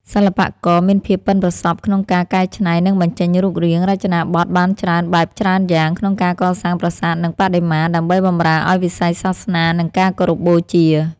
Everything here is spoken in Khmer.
សិល្បករមានភាពប៉ិនប្រសប់ក្នុងការ កែច្នៃ និងបញ្ចេញរូបរាង រចនាបថបានច្រើនបែបច្រើនយ៉ាង ក្នុងការកសាងប្រាសាទ និងបដិមា ដើម្បីបម្រើឱ្យវិស័យសាសនា និងការគោរពបូជា។